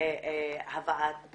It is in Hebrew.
בהבאת